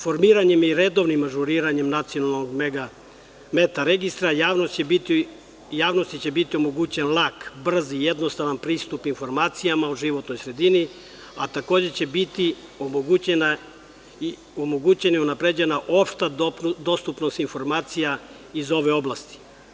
Formiranjem i redovnim ažuriranjem nacionalnog meta registra, javnost će biti omogućen lak, brz i jednostavan pristup informacijama o životnoj sredini, a takođe će biti omogućena i unapređena opšta dostupnost informacija iz ove oblasti.